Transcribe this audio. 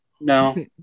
no